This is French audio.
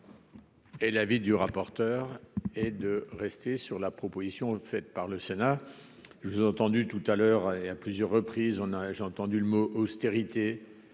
Et l'avis du rapporteur et de rester sur la proposition, on le fait par le Sénat je ai entendu tout à l'heure et à plusieurs reprises, on a, j'ai entendu le mot austérité,